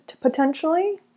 potentially